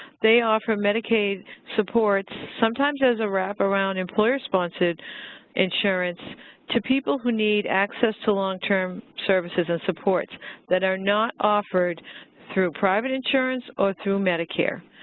they offer medicaid supports sometimes as a wraparound employer sponsored insurance to people who need access to long-term services and support that are not offered through private insurance or through medicare.